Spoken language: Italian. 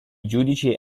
giudici